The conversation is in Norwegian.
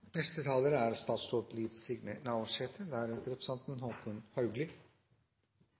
Neste talar er representanten